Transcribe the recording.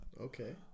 Okay